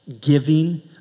giving